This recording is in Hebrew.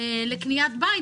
לקניית בית,